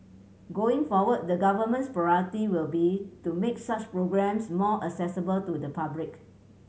going forward the Government's priority will be to make such programmes more accessible to the public